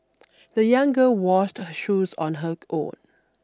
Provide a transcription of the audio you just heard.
the young girl washed her shoes on her own